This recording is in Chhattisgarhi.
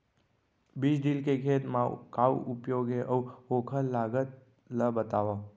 बीज ड्रिल के खेत मा का उपयोग हे, अऊ ओखर लागत ला बतावव?